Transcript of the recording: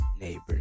Neighbors